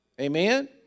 Amen